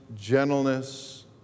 gentleness